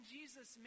Jesus